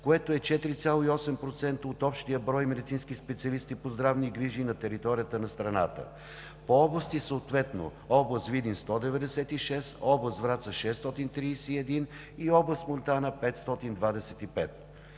което е 4,8% от общия брой медицински специалисти по здравни грижи на територията на страната. По области, съответно: област Видин – 196, област Враца – 631, и област Монтана – 525.